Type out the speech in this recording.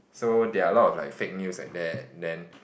so there are a lot like fake news like that then